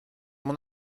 mon